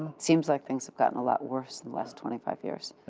seems like things have gotten a lot worse in the last twenty five years.